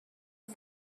سری